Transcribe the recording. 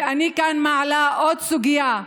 ואני כאן מעלה עוד סוגיה,